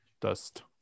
dust